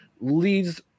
Leads